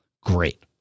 Great